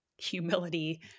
humility